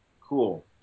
Cool